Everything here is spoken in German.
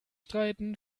streiten